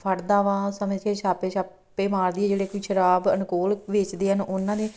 ਫੜਦਾ ਵਾ ਸਮੇਂ ਸਿਰ ਛਾਪੇ ਛਾਪੇ ਮਾਰਦੀ ਹੈ ਜਿਹੜੇ ਕਿ ਸ਼ਰਾਬ ਅਲਕੋਲ ਵੇਚਦੇ ਹਨ ਉਹਨਾਂ ਦੀ